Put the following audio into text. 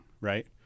right